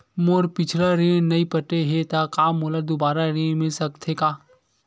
मोर पिछला ऋण नइ पटे हे त का मोला दुबारा ऋण मिल सकथे का?